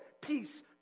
peace